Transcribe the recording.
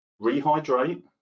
rehydrate